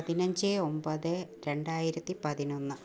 പതിനഞ്ച് ഒമ്പത് രണ്ടായിരത്തി പതിനൊന്ന്